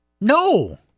No